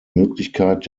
möglichkeit